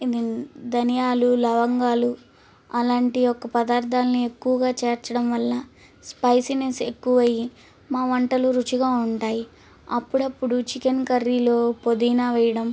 ధనియాలు లవంగాలు అలాంటి ఒక పదార్దాల్ని ఎక్కువగా చేర్చడం వల్ల స్పైసీనెస్ ఎక్కువ అయ్యి మా వంటలు రుచిగా ఉంటాయి అప్పుడప్పుడు చికెన్ కర్రీలో పుదీనా వేయడం